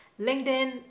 LinkedIn